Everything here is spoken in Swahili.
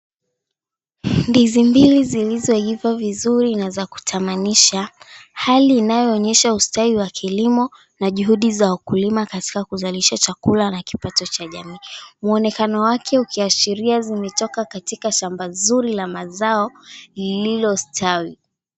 Ndizi mbili zilizoiva vizuri na za kutamanisha, hali inayoonyesha ustawi wa kilimo na juhudi za wakulima katika kuzalisha chakula na kipato cha jamii. Muonekano wake ukiashiria zimetoka katika shamba zuri la mazao lililostawi.